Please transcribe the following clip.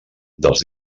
dels